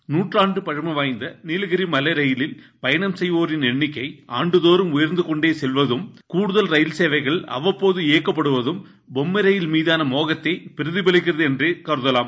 seconds நூற்றாண்டு பழமை வாய்ந்த நீலகிரி மலை ரயிலில் பயணம் செய்வோர் எண்ணிக்கை ஆண்டுதோறும் உயர்ந்துக்கொன்டே செல்வதும் கூடுதல் ரயில் சேவைகள் அவ்வப்போது இயக்கப்படுவதும் பொம்மை ரயில் மீதான மோகத்தை பிரதிபலிக்கிறது என்றே கருதலாம்